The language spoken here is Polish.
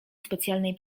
specjalnej